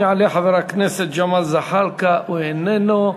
יעלה חבר הכנסת ג'מאל זחאלקה, הוא איננו.